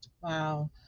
Wow